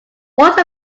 what